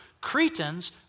Cretans